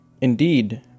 Indeed